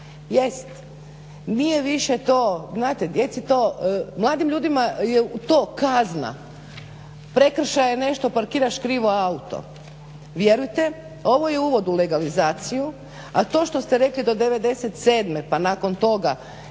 Jest nije više to, znate djeci to, mladih ljudima je to kazna, prekršaj je nešto, parkiraš krivo auto. Vjerujte ovo je uvod u legalizaciju, a to što ste rekli do 1997. pa nakon toga